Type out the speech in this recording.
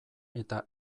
eta